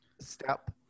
step